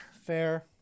Fair